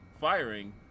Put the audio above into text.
firing